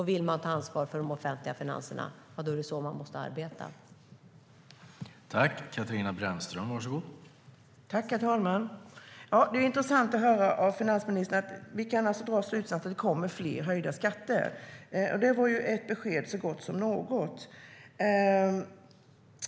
Vill vi ta ansvar för de offentliga finanserna måste vi jobba så.